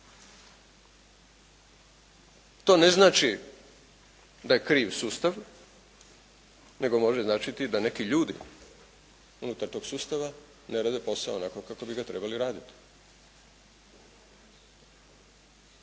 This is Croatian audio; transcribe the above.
razumije./… da je kriv sustav, nego može značiti da neki ljudi unutar tog sustava ne rade posao onako kako bi ga trebali raditi.